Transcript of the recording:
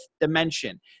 dimension